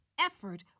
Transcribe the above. Effort